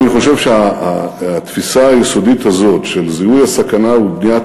אני חושב שהתפיסה היסודית הזאת של זיהוי הסכנה ובניית